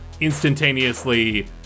instantaneously